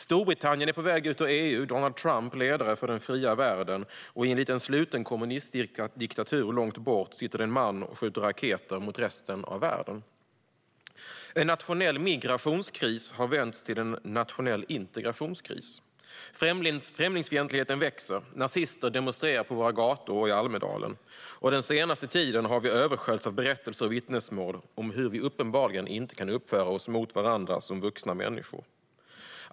Storbritannien är på väg ut ur EU, Donald Trump är ledare för den fria världen, och i en liten, sluten kommunistdiktatur långt borta sitter en man och skjuter raketer mot resten av världen. En nationell migrationskris har vänts till en nationell integrationskris. Främlingsfientligheten växer, och nazister demonstrerar på våra gator och i Almedalen. Den senaste tiden har vi dessutom översköljts av berättelser och vittnesmål om hur vi uppenbarligen inte kan uppföra oss mot varandra som vuxna människor.